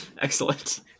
Excellent